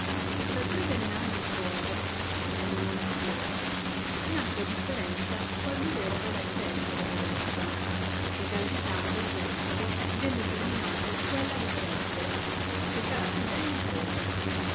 tra tre venerande suori d uno monasterio nacque differenza qual di loro dovesse essere badessa e dal vicario del vescovo vien determinato quella dover esser che fara più degna prova